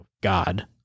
God